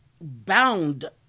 bound